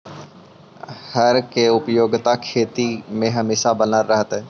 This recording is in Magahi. हर के उपयोगिता खेती में हमेशा बनल रहतइ